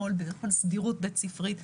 בכל סדירות בית-ספרית,